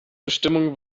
bestimmung